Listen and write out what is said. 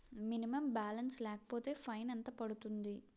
Minimum balance లేకపోతే fine ఎంత పడుతుంది?